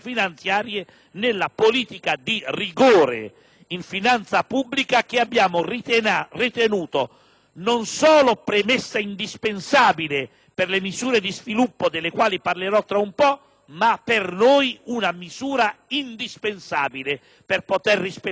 non solo premessa indispensabile per le misure di sviluppo delle quali parlerò tra poco, ma per noi una misura indispensabile per poter rispettare i parametri europei, nonché i parametri di mercato. Tutto ciò